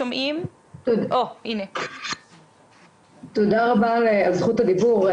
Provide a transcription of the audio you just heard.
תודה רבה על זכות הדיבור.